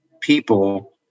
people